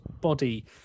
body